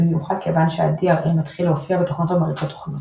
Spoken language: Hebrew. במיוחד כיוון ש־DRM התחיל להופיע בתוכנות המריצות תוכנות.